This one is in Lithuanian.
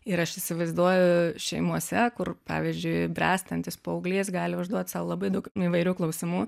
ir aš įsivaizduoju šeimose kur pavyzdžiui bręstantis paauglys gali užduoti sau labai daug įvairių klausimų